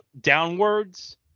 downwards